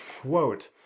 quote